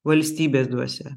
valstybės dvasia